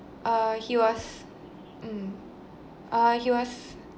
uh he was mm uh he was